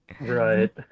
right